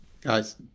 Guys